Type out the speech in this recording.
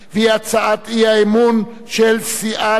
היא הצעת האי-אמון של סיעת